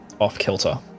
off-kilter